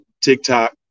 TikTok